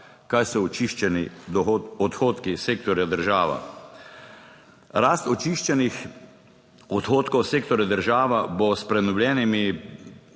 Kaj so očiščeni odhodki sektorja država? Rast očiščenih odhodkov sektorja država bo s prenovljenimi